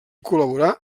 col·laborà